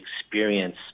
experience